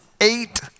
eight